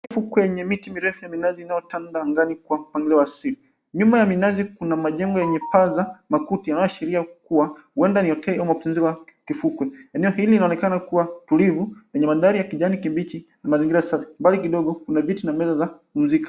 Ufukwe yenye miti mirefu yenye minazi inayotanda angani kwa upande wa asili. Nyuma ya minazi kuna majengo yenye paa za makuti inayoashiria kuwa uenda ni hoteli ama utunzi wa kifukwe. Eneo hili inaonekana kuwa tulivu yenye mandhari ya kijani kibichi na mazingira safi. Mbali kidogo kuna viti na meza za kupumzika.